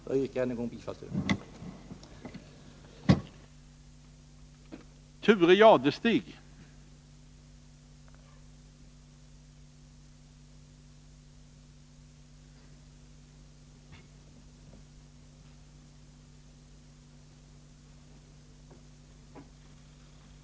Jag yrkar än en gång bifall till reservationen.